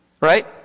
right